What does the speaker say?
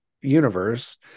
universe